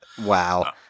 Wow